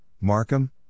Markham